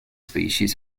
species